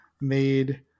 made